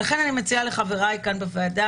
ולכן אני מציעה לחבריי כאן בוועדה,